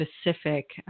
specific